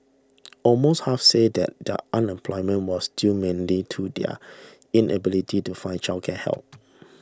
almost half said that their unemployment was due mainly to the inability to find childcare help